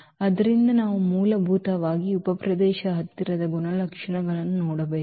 ಆದ್ದರಿಂದ ನಾವು ಮೂಲಭೂತವಾಗಿ ಉಪಪ್ರದೇಶದ ಹತ್ತಿರದ ಗುಣಲಕ್ಷಣಗಳನ್ನು ನೋಡಬೇಕು